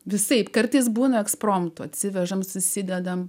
visaip kartais būna ekspromtu atsivežame susidedame